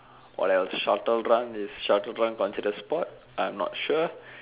what else shuttle run is shuttle run considered sport I'm not sure